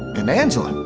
and angela. and